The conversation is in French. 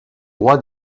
roi